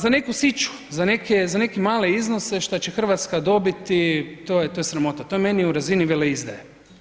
Za neku siću, za neke male iznose šta će Hrvatska dobiti to je sramota, to je meni u razini veleizdaje.